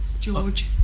George